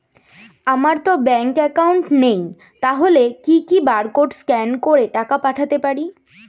আমারতো bank account নেই তাহলে কি কি বারকোড স্ক্যান করে টাকা পাঠাতে পারি?